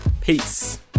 peace